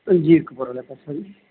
ਜੀਰਕਪੁਰ ਵਾਲੇ ਪਾਸੇ ਜੀ